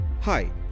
Hi